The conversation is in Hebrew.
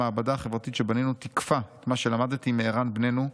המעבדה החברתית שבנינו תיקפה את מה שלמדתי מערן בננו,